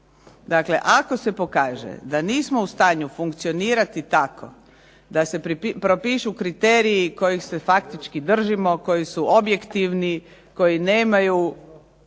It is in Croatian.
Dakle, ako se pokaže da nismo u stanju funkcionirati tako da se propišu kriteriji kojih se faktički držimo, koji su objektivni, koji nemaju